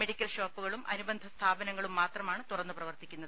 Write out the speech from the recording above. medical ഷോപ്പുകളും അനുബന്ധ സ്ഥാപനങ്ങളും മാത്രമാണ് തുറന്ന് പ്രവർത്തിക്കുന്നത്